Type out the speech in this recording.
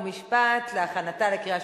חוק ומשפט נתקבלה.